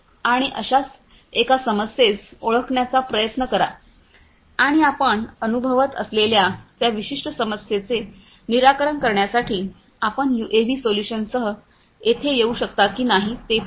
आणि अशाच एका समस्येस ओळखण्याचा प्रयत्न करा आणि आपण अनुभवत असलेल्या त्या विशिष्ट समस्येचे निराकरण करण्यासाठी आपण यूएव्ही सोल्यूशनसह येऊ शकता की नाही हे पहा